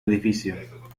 edificio